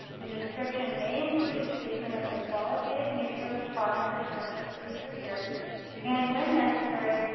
the description may include a statement of the qualitative nature of the product or service to be procured and, when necessary,